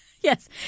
Yes